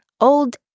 old